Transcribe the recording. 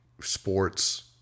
sports